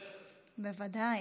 בוודאי.